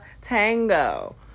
tango